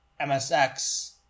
MSX